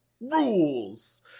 rules